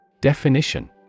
Definition